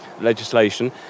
legislation